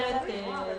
לבטל את הבקשה.